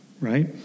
right